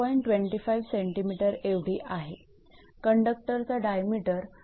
25 𝑐𝑚 एवढी आहेकंडक्टरचा डायमीटर 2